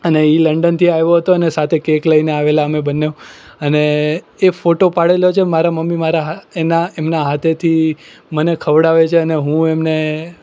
અને એ લંડનથી આવ્યો હતો અને સાથે કેક લઈને આવેલા અમે બન્ને અને એ ફોટો પાડેલો છે મારાં મમ્મી મારા એના એમના હાથેથી મને ખવડાવે છે અને હું એમને